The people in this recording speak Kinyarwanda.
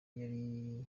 yari